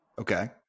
Okay